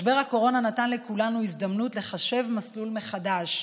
משבר הקורונה נתן לכולנו הזדמנות לחשב מסלול מחדש.